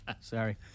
Sorry